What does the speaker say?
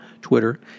Twitter